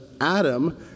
Adam